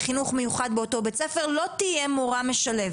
על ההכשרות שאנחנו עושים לצוותי ההוראה,